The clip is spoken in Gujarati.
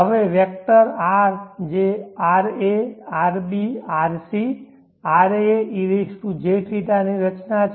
હવે વેક્ટર R જે ra rb rc raej0 ની રચના છે